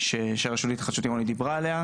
כרגע שהרשות להתחדשות עירונית דיברה עליו,